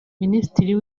minisitiri